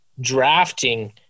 drafting